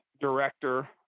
director